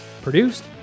produced